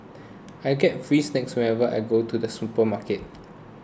I get free snacks whenever I go to the supermarket